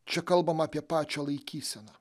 čia kalbam apie pačią laikyseną